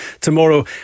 tomorrow